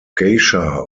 geisha